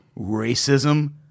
Racism